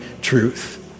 truth